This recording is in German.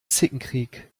zickenkrieg